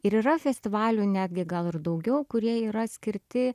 ir yra festivalių netgi gal ir daugiau kurie yra skirti